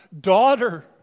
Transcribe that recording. Daughter